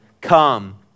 Come